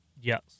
Yes